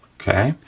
okay?